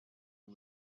and